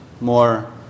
more